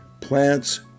plants